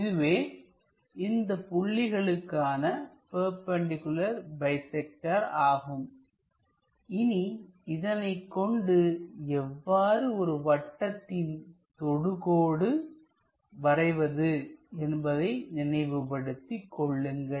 இதுவே இந்தப் புள்ளிகளுக்கான பெர்பெண்டிகுலார் பைசெக்டர் ஆகும் இனி இதனை கொண்டு எவ்வாறு ஒரு வட்டத்தின் தொடுகோடு வரைவது என்பதை நினைவுபடுத்திக் கொள்ளுங்கள்